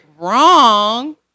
wrong